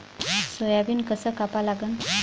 Soybean कस कापा लागन?